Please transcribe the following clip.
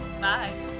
Bye